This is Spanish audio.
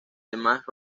demás